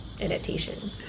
adaptation